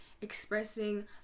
expressing